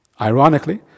Ironically